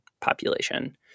population